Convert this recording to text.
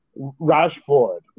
Rashford